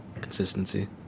consistency